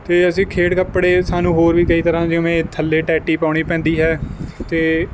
ਤੇ ਅਸੀਂ ਖੇਡ ਕੱਪੜੇ ਸਾਨੂੰ ਹੋਰ ਵੀ ਕਈ ਤਰ੍ਹਾਂ ਜਿਵੇਂ ਥੱਲੇ ਟੈਟੀ ਪਾਉਣੀ ਪੈਂਦੀ ਹੈ ਤੇ